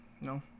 No